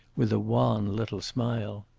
with a wan little smile.